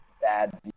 bad